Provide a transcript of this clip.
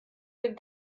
dem